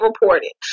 reported